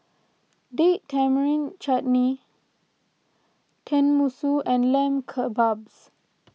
Date Tamarind Chutney Tenmusu and Lamb Kebabs